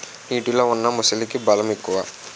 నీటిలో ఉన్న మొసలికి బలం ఎక్కువ